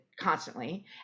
constantly